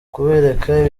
kubereka